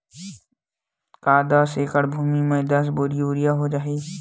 का दस एकड़ भुमि में दस बोरी यूरिया हो जाही?